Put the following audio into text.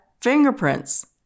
fingerprints